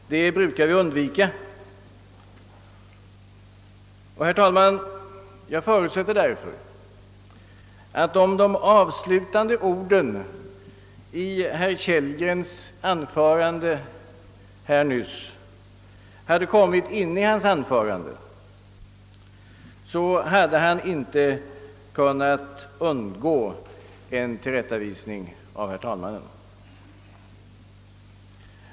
Vi brukar undvika sådant och, herr talman, jag förutsätter därför att om de avslutande orden i herr Kellgrens anförande nyss hade kommit inne i detsamma hade han inte kunnat undgå en tillrättavisning av herr talmannen.